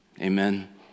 Amen